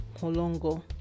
holongo